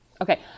Okay